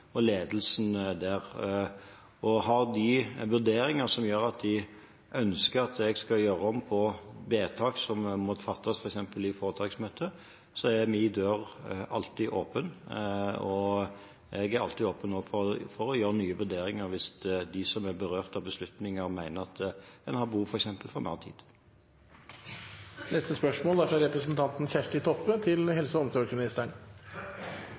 og ledelsen der. Har de vurderinger som gjør at de ønsker at jeg skal gjøre om på vedtak som måtte fattes f.eks. i foretaksmøtet, er min dør alltid åpen, og jeg er alltid åpen for å gjøre nye vurderinger hvis de som er berørt av beslutninger, mener at en har behov for f.eks. mer tid. «I regjeringserklæringa står det at regjeringa vil etablere fleire behandlingsplassar og